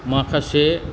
माखासे